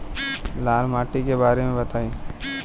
लाल माटी के बारे में बताई